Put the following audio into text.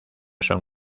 son